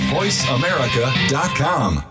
VoiceAmerica.com